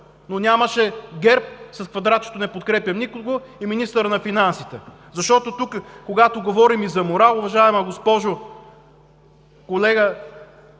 но нямаше ГЕРБ с квадратчето „не подкрепям никого“ и министъра на финансите. Защото тук, когато говорим и за морал, уважаема госпожо… колега,